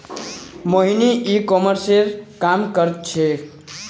मोहिनी ई कॉमर्सेर काम कर छेक्